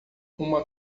uma